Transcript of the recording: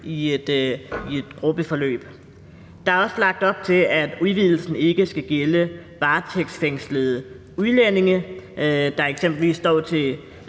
i et gruppeforløb. Der er også lagt op til, at udvidelsen ikke skal gælde varetægtsfængslede udlændinge, der eksempelvis står til